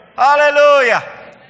Hallelujah